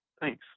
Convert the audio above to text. Thanks